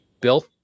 Bill